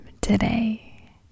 today